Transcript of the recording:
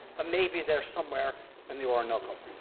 but maybe they're somewhere in the orinoco.